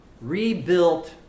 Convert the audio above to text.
rebuilt